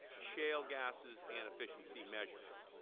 shale gases and efficiency measures.